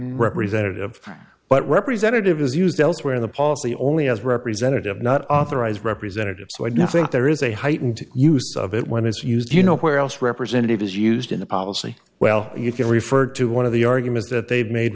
representative but representative is used elsewhere in the policy only as representative not authorized representative so i don't think there is a heightened use of it when it's used you know where else representative is used in the policy well you can refer to one of the arguments that they've made